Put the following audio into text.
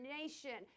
nation